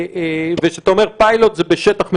כשאתה אומר פיילוט זה בשטח מסוים.